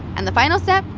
and the final step,